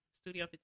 Studio